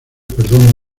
perdón